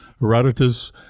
Herodotus